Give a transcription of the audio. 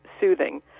soothing